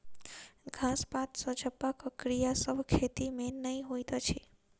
घास पात सॅ झपबाक क्रिया सभ खेती मे नै होइत अछि